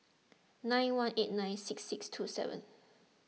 nine one eight nine six six two seven